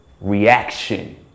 reaction